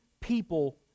people